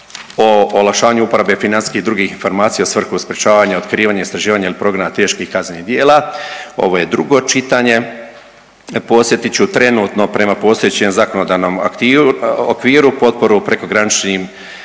olakšavanju uporabe financijskih i drugih informacija u svrhu sprječavanja, otkrivanja, istraživanja ili progona teških kaznenih djela ovo je drugo čitanje. Podsjetit ću trenutno prema postojećem zakonodavnom okviru potporu prekograničnim